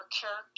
character